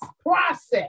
process